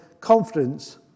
confidence